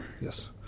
yes